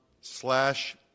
slash